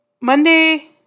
Monday